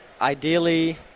Ideally